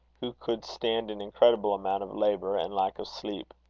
who could stand an incredible amount of labour and lack of sleep.